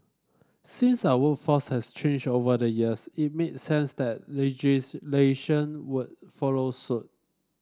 since our workforce has changed over the years it makes sense that legislation would follow suit